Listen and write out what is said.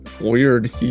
Weird